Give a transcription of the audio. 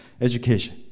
education